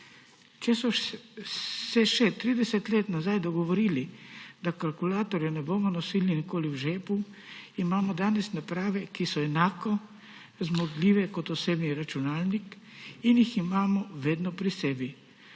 Če so se še 30 let nazaj dogovorili, da kalkulatorja ne bomo nosili nikoli v žepu, imamo danes naprave, ki so enako zmogljive kot osebni računalnik in jih imamo vedno pri sebi.